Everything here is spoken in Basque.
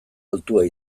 altua